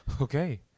okay